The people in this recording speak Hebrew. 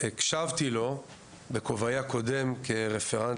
והקשבתי לו כשהייתי בכובעי הקודם כרפרנט